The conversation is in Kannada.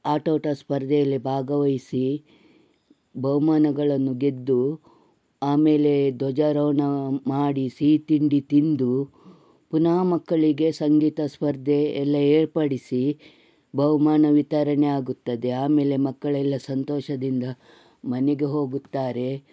ಆಟೋಟ ಸ್ಪರ್ಧೆಯಲ್ಲಿ ಬಾಗವಯಿಸಿ ಬಹುಮಾನಗಳನ್ನು ಗೆದ್ದು ಆಮೇಲೆ ಧ್ವಜಾರೋಹಣ ಮಾಡಿ ಸಿಹಿ ತಿಂಡಿ ತಿಂದು ಪುನಃ ಮಕ್ಕಳಿಗೆ ಸಂಗೀತ ಸ್ಪರ್ಧೆ ಎಲ್ಲ ಏರ್ಪಡಿಸಿ ಬಹುಮಾನ ವಿತರಣೆಯಾಗುತ್ತದೆ ಆಮೇಲೆ ಮಕ್ಕಳೆಲ್ಲ ಸಂತೋಷದಿಂದ ಮನೆಗೆ ಹೋಗುತ್ತಾರೆ